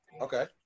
okay